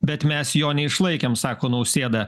bet mes jo neišlaikėm sako nausėda